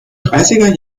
dreißiger